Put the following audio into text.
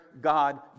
God